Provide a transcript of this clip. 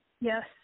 Yes